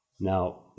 Now